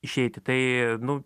išeiti tai nu